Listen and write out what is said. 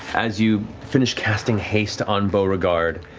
as you finish casting haste on beauregard,